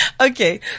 Okay